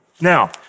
Now